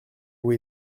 vous